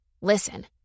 listen